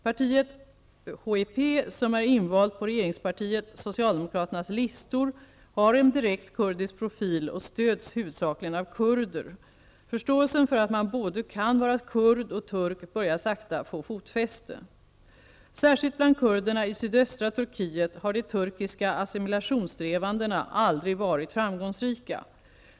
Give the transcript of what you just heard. Partiet HEP, som är invalt på regeringspartiet socialdemokraternas listor, har en direkt kurdisk profil och stöds huvudsakligen av kurder. Förståelsen för att man kan vara både kurd och turk börjar sakta få fotfäste. Särskilt bland kurderna i sydöstra Turkiet har de turkiska assimilationssträvandena aldrig varit framgångsrika.